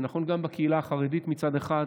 זה נכון גם בקהילה החרדית מצד אחד,